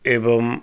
ଏବଂ